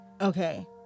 Okay